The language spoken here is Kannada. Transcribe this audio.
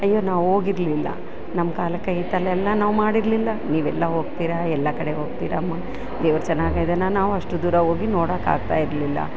ಅಯ್ಯೋ ನಾವು ಹೋಗಿರ್ಲಿಲ್ಲ ನಮ್ಮ ಕಾಲಕ್ಕೆ ಈ ಥರಯೆಲ್ಲ ನಾವು ಮಾಡಿರಲಿಲ್ಲ ನೀವೆಲ್ಲ ಹೋಗ್ತಿರ ಎಲ್ಲ ಕಡೆ ಹೋಗ್ತಿರಮ್ಮ ದೇವ್ರು ಚೆನ್ನಾಗಿದಾನ ನಾವು ಅಷ್ಟು ದೂರ ಹೋಗಿ ನೋಡಕ್ಕಾಗ್ತಾಯಿರಲಿಲ್ಲ